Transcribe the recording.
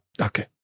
Okay